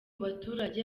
baturage